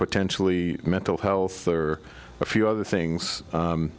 potentially mental health or a few other things